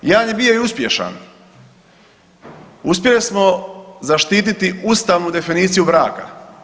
Jedan je bio i uspješan, uspjeli smo zaštititi ustavnu definiciju braka.